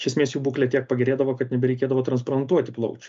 iš esmės jų būklė tiek pagerėdavo kad nebereikėdavo transplantuoti plaučių